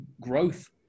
growth